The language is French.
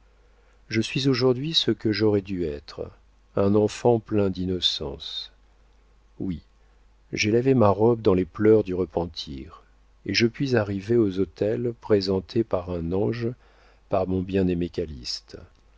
je suis aujourd'hui ce que j'aurais dû être un enfant plein d'innocence oui j'ai lavé ma robe dans les pleurs du repentir et je puis arriver aux autels présentée par un ange par mon bien-aimé